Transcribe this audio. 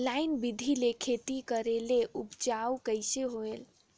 Line बिधी ले खेती करेले उपजाऊ कइसे होयल?